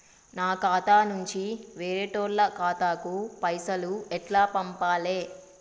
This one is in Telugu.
నా ఖాతా నుంచి వేరేటోళ్ల ఖాతాకు పైసలు ఎట్ల పంపాలే?